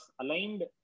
aligned